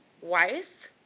wife